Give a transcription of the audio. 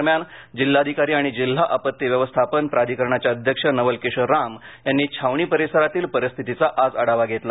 दरम्यान जिल्हाधिकारी आणि जिल्हा आपत्ती व्यवस्थापन प्राधीकरणाचे अध्यक्ष नवल किशोर राम यांनी छावणी परिसरातील परिस्थितीचा आज आढावा घेतला